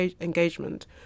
engagement